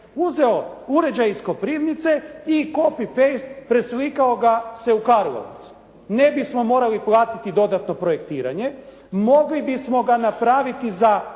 uzeo uređaj iz Koprivnice i «copy paste» preslikao ga se u Karlovac? Ne bismo morali platiti dodatno projektiranje. Mogli bismo ga napraviti za manje